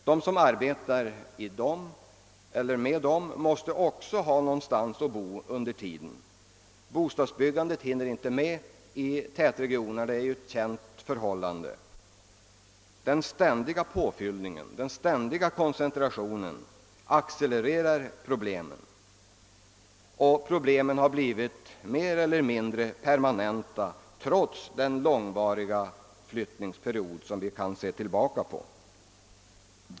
De som arbetar med dem måste också ha någonstans att bo under tiden. Bostadsbyggandet hinner inte med i tätregionerna; det är ett känt förhållande. Den ständiga påfyllningen, den ständiga koncentrationen accelererar problemen. Dessa har blivit mer eller mindre permanenta trots den långvariga flyttningsperiod som vi kan se tillbaka på.